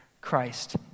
Christ